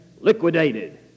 liquidated